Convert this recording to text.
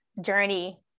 journey